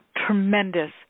Tremendous